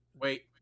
Wait